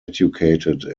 educated